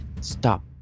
stop